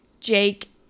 Jake